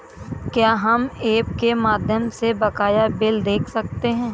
क्या हम ऐप के माध्यम से बकाया बिल देख सकते हैं?